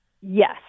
Yes